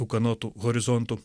ūkanotų horizontų